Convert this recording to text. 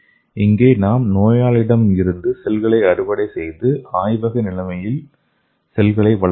இங்கே நாம் நோயாளியிடமிருந்து செல்களை அறுவடை செய்து ஆய்வக நிலையில் செல்களை வளர்க்கலாம்